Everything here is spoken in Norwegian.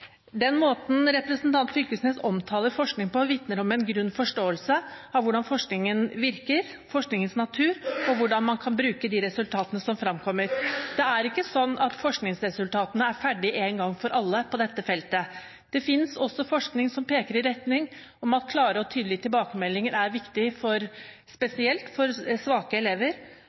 Den måten representanten Fylkesnes omtaler forskning på, vitner om en grunn forståelse av hvordan forskningen virker, av forskningens natur og hvordan man kan bruke de resultatene som fremkommer. Det er ikke slik at forskningsresultatene er ferdig én gang for alle på dette feltet. Det finnes også forskning som peker i retning av at klare og tydelige tilbakemeldinger er viktig, spesielt for svake elever,